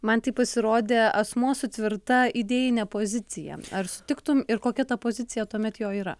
man tai pasirodė asmuo su tvirta idėjine pozicija ar sutiktum ir kokia ta pozicija tuomet jo yra